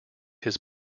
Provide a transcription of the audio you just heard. his